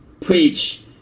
preach